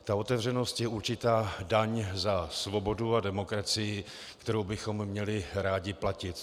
Ta otevřenost je určitá daň za svobodu a demokracii, kterou bychom měli rádi platit.